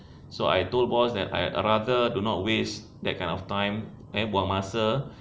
so I told boss that I rather do not waste that kind of time and buang masa